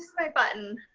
so my button.